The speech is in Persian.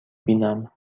بینم